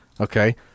okay